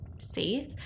Safe